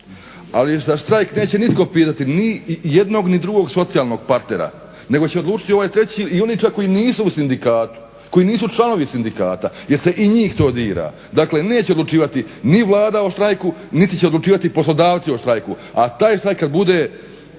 Ali za štrajk neće nitko pitati ni jednog ni drugog socijalnog partnera nego će odlučiti ovaj treći i oni čak koji nisu u sindikatu, koji nisu članovi sindikata jer se i njih to dira. Dakle, neće odlučivati ni Vlada o štrajku niti će odlučivati poslodavci o štrajku, a taj štrajk kad bude